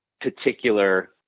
particular